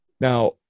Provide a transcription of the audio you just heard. Now